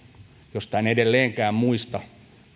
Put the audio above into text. josta en edelleenkään muista